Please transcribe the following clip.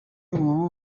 ubu